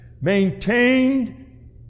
maintained